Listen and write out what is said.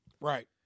Right